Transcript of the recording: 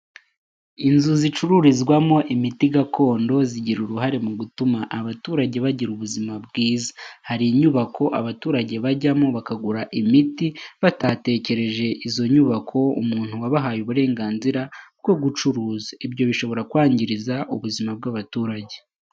Inzu zicururizwamo imiti gakondo zigira uruhare mu gutuma abaturage bagira ubuzima bwiza. Hari inyubako abaturage bajyamo bakagura imiti batatekereje izo nyubako umuntu wabahaye uburenganzira bwo gucuruza. Ibyo bishobora kwangiriza ubuzima bw'abaturage.